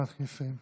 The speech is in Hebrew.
נא לסיים.